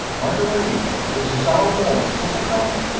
by the way, this is our waltz, is it not?